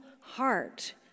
heart